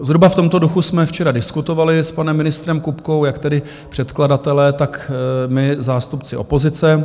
Zhruba v tomto duchu jsme včera diskutovali s panem ministrem Kupkou, jak tedy předkladatelé, tak my, zástupci opozice.